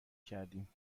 کردیم